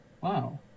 Wow